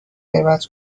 غیبت